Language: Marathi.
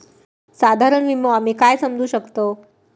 साधारण विमो आम्ही काय समजू शकतव?